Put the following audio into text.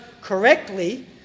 correctly